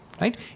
Right